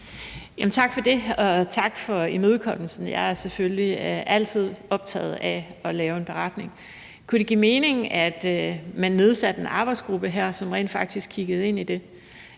Tak for det. Og tak for imødekommelsen. Jeg er selvfølgelig altid optaget af at lave en beretning. Kunne det give mening, at man nedsatte en arbejdsgruppe her, som rent faktisk kiggede ind i det?